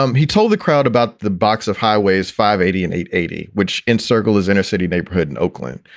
um he told the crowd about the box of highways five eighty and eight eighty, which encircle is inner city neighborhood in oakland.